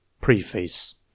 Preface